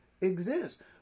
exists